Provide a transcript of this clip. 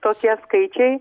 tokie skaičiai